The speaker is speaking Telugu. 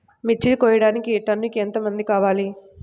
మిర్చి కోయడానికి టన్నుకి ఎంత మంది కావాలి?